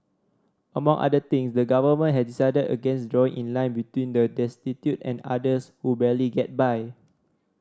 among other things the Government has decided against drawing line between the destitute and others who barely get by